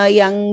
yang